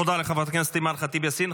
תודה לחברת הכנסת אימאן ח'טיב יאסין.